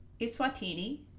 Iswatini